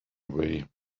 away